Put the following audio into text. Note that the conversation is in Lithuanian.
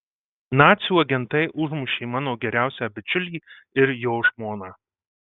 nacių agentai užmušė mano geriausią bičiulį ir jo žmoną